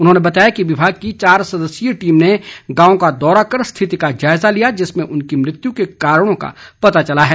उन्होंने बताया कि विभाग की चार सदस्यीय टीम ने गांव का दौरा कर स्थिति का जायजा लिया जिसमें उनकी मृत्यु के कारणों का पता चला है